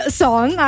song